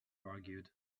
argued